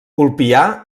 ulpià